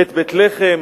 את בית-לחם,